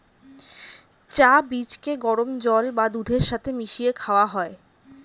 চা বীজকে গরম জল বা দুধের সাথে মিশিয়ে খাওয়া হয়